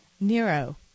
Nero